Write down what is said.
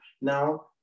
now